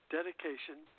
Dedication